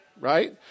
Right